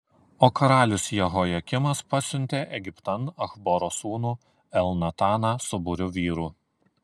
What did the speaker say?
o karalius jehojakimas pasiuntė egiptan achboro sūnų elnataną su būriu vyrų